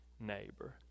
neighbor